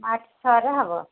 March ଛଅରେ ହେବ